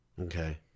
Okay